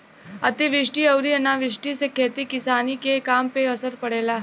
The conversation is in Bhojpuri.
अतिवृष्टि अउरी अनावृष्टि से खेती किसानी के काम पे असर पड़ेला